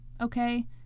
okay